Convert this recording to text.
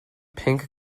pink